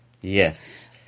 Yes